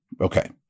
Okay